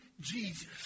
Jesus